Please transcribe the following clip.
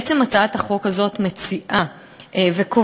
בעצם הצעת החוק הזאת מציעה וקובעת,